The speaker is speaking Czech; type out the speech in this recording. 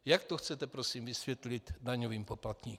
Jak to chcete prosím vysvětlit daňovým poplatníkům?